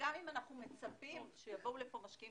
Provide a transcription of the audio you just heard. שיעור הייבוא